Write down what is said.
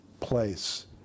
place